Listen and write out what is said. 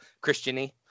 Christian-y